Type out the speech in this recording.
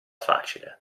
facile